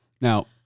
now